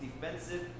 defensive